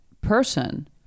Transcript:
person